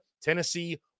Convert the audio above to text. Tennessee